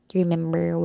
remember